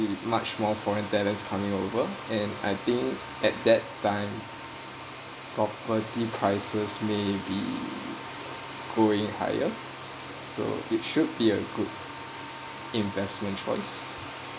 much more foreign talents coming over and I think at that time property prices may be going higher so it should be a good investment choice